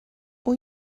اون